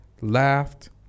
laughed